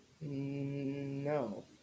No